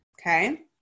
okay